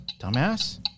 dumbass